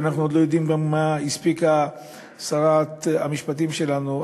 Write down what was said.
ואנחנו עוד לא יודעים מה הספיקה שרת המשפטים שלנו,